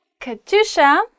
Katusha